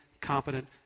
competent